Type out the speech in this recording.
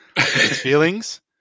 Feelings